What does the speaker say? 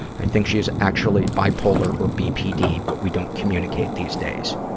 i think she is actually bipolar or bpd, but we don't communicate these days.